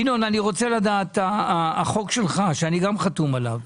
ינון, אני רוצה לדעת, החוק שלך שאני גם חתום עליו,